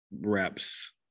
reps